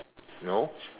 no